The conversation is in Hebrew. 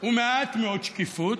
ומעט מאוד שקיפות.